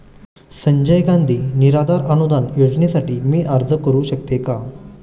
संजय गांधी निराधार अनुदान योजनेसाठी मी अर्ज करू शकते का?